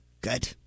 good